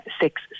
six